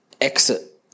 exit